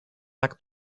tak